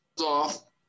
off